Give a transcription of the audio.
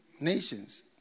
nations